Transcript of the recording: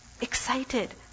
Excited